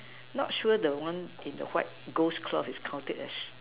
not sure the one in the white ghost cloth is counted as